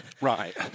Right